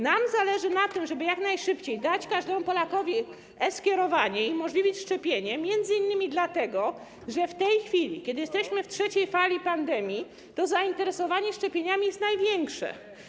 Nam zależy na tym, żeby jak najszybciej dać każdemu Polakowi e-skierowanie i umożliwić szczepienie m.in. dlatego, że w tej chwili, kiedy jesteśmy w trzeciej fali pandemii, to zainteresowanie szczepieniami jest największe.